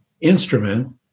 instrument